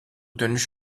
dönüş